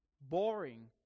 boring